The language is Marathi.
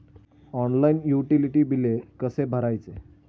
ऑनलाइन युटिलिटी बिले कसे भरायचे?